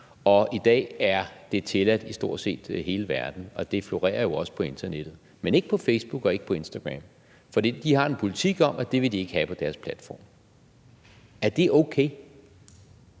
og i dag er det tilladt i stort set hele verden, og det florerer jo også på internettet – men ikke på Facebook og ikke på Instagram, fordi de har en politik om, at det vil de ikke have på deres platforme. Er det okay?